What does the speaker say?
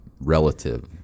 relative